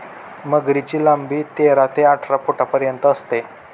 मगरीची लांबी तेरा ते अठरा फुटांपर्यंत असते